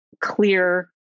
clear